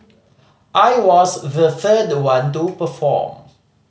I was the third one to perform